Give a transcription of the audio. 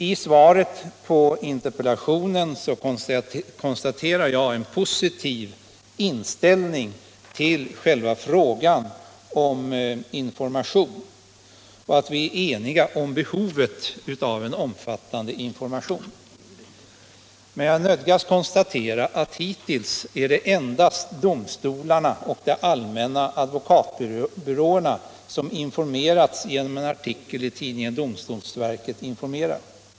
I svaret på min interpellation konstaterar jag en positiv inställning till informationsfrågan och att vi är eniga om behovet av en omfattande information. Men jag nödgas konstatera att det hittills endast är domstolarna och de allmänna advokatbyråerna som informerats genom en artikel i tidningen Domstolsverket informerar.